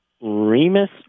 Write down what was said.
Remus